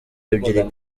ebyiri